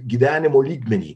gyvenimo lygmenį